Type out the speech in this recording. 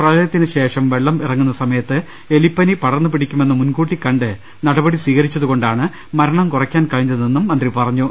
പ്രളയത്തിന് ശേഷം വെള്ളം ഇറങ്ങുന്ന സമയത്ത് എലിപ്പനി പടർന്ന് പിടിക്കുമെന്ന് മുൻകൂട്ടി കണ്ട് നടപടി സ്വീകരിച്ചതുകൊ ണ്ടാണ് മരണം കുറയ്ക്കാൻ കഴിഞ്ഞതെന്നും മന്ത്രി പറഞ്ഞു